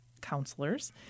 Counselors